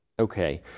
Okay